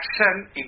action